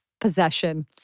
possession